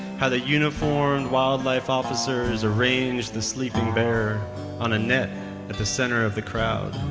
how the uniformed wildlife officers arranged the sleeping bear on a net at the center of the crowd,